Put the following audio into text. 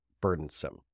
burdensome